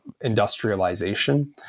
industrialization